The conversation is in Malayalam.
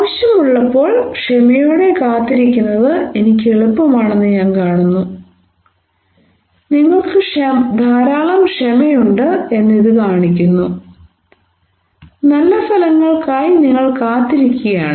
ആവശ്യമുള്ളപ്പോൾ ക്ഷമയോടെ കാത്തിരിക്കുന്നത് എനിക്ക് എളുപ്പമാണെന്ന് ഞാൻ കാണുന്നു നിങ്ങൾക്ക് ധാരാളം ക്ഷമ ഉണ്ട് എന്ന് ഇത് കാണിക്കുന്നു നല്ല ഫലങ്ങൾക്കായി നിങ്ങൾ കാത്തിരിക്കുകയാണ്